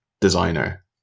designer